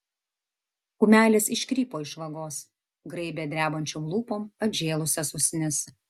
kumelės iškrypo iš vagos graibė drebančiom lūpom atžėlusias usnis